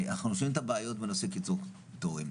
אנחנו שומעים את הבעיות בנושא קיצור התורים,